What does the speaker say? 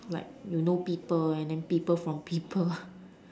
like you know people and then people from people